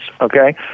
okay